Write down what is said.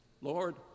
Lord